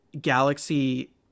Galaxy